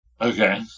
Okay